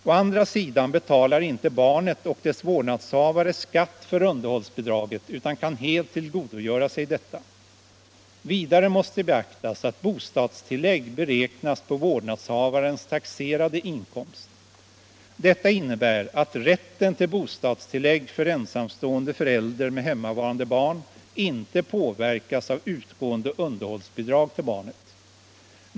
Å andra sidan betalar inte barnet och dess vårdnadshavare skatt för underhållsbidraget utan kan helt tillgodogöra sig detta. Vidare måste beaktas att bostadstillägg beräknas på vårdnadshavarens taxerade inkomst. Detta innebär att rätten till bostadstillägg för ensamstående förälder med hemmavarande barn inte påverkas av utgående underhållsbidrag till barnet.